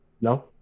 No